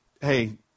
Hey